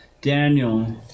Daniel